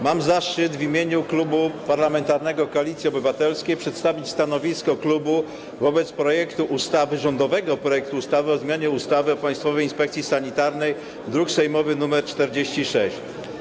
Mam zaszczyt w imieniu klubu parlamentarnego Koalicji Obywatelskiej przedstawić stanowisko wobec rządowego projektu ustawy o zmianie ustawy o Państwowej Inspekcji Sanitarnej, druk sejmowy nr 46.